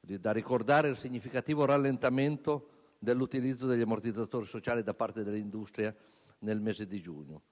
È da ricordare il significativo rallentamento dell'utilizzo degli ammortizzatori sociali da parte dell'industria nel mese di giugno.